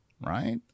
right